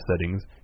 settings